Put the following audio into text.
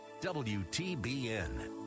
WTBN